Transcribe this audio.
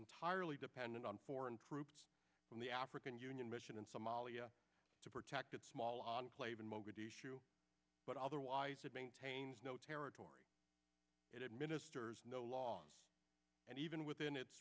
entirely dependent on foreign troops in the african union mission in somalia to protect that small enclave in mogadishu but otherwise it maintains no territory it administers no law and even within its